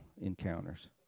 encounters